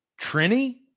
Trini